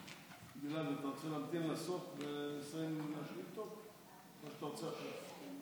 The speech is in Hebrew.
גלעד, אתה רוצה להמתין לסוף או שאתה רוצה עכשיו?